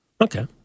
Okay